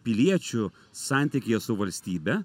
piliečių santykyje su valstybe